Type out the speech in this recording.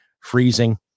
freezing